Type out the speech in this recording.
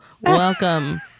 welcome